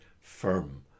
firm